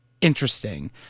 interesting